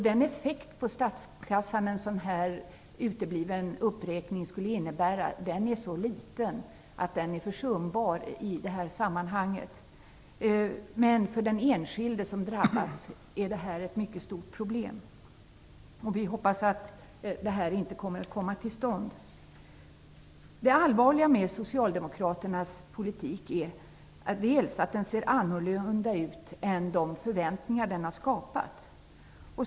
Den effekt på statskassan som en utebliven uppräkning skulle innebära är så liten att den är försumbar i det här sammanhanget, men det är ett mycket stort problem för den enskilde som drabbas. Vi hoppas att detta inte kommer att komma till stånd. Det allvarliga med Socialdemokraternas politik är bl.a. att den ser annorlunda ut än de förväntningar den har skapat.